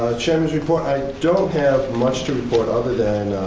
chairman's report, i don't have much to report other than